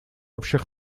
общих